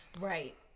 Right